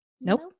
Nope